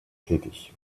tätig